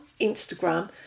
Instagram